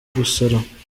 gusara